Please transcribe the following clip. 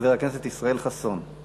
חבר הכנסת ישראל חסון.